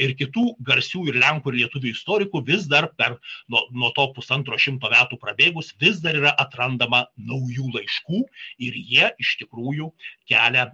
ir kitų garsių ir lenkų ir lietuvių istorikų vis dar per nuo nuo to pusantro šimto metų prabėgus vis dar yra atrandama naujų laiškų ir jie iš tikrųjų kelia